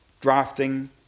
drafting